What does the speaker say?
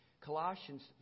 Colossians